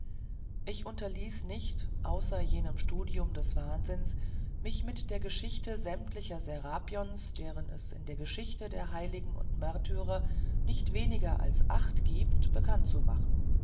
ich unterließ nicht außer jenem studium des wahnsinns mich mit der geschichte sämtlicher serapions deren es in der geschichte der heiligen und märtyrer nicht weniger als acht gibt bekannt zu machen